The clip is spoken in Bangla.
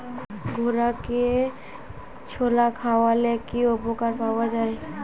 ঘোড়াকে ছোলা খাওয়ালে কি উপকার পাওয়া যায়?